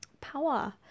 power